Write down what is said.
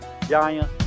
giant